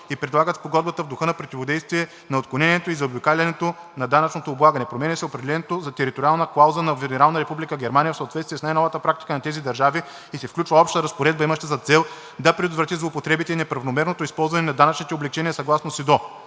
и прилагат Спогодбата в духа на противодействие на отклонението и заобикалянето на данъчното облагане. Променя се определението за териториална клауза на Федерална република Германия в съответствие с най-новата практика на тази държава и се включва обща разпоредба, имаща за цел да предотврати злоупотребите и неправомерното използване на данъчните облекчения съгласно СИДДО.